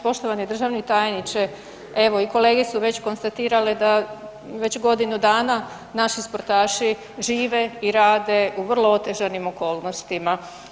Poštovani državni tajniče evo i kolege su već konstatirale da već godinu dana naši sportaši žive i rade u vrlo otežanim okolnostima.